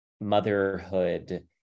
motherhood